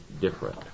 different